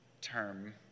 term